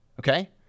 okay